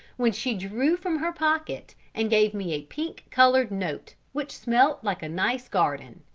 when she drew from her pocket and gave me a pink-coloured note, which smelt like a nice garden,